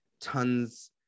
tons